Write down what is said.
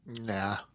Nah